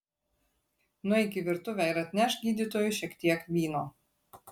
nueik į virtuvę ir atnešk gydytojui šiek tiek vyno